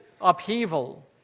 upheaval